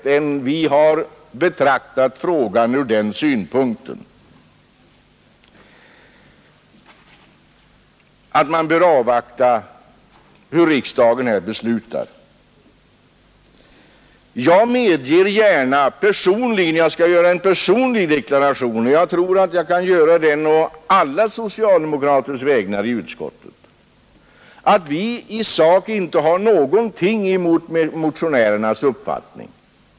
Jag tror att jag å alla socialdemokraters i utskottet vägnar kan säga att vi i sak inte har något emot motionärernas uppfattning.